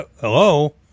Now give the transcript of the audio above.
hello